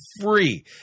free